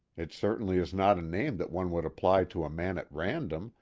it certainly is not a name that one would apply to a man at random,